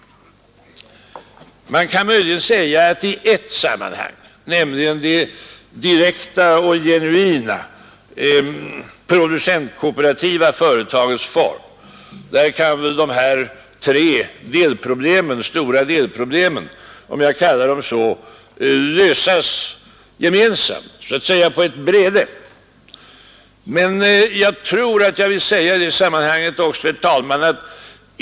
Man kan möjligen göra gällande att dessa tre stora delproblem kan lösas på ett bräde, i ett särskilt sammanhang, nämligen inom de direkt genuint producentkooperativa företagen.